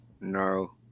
no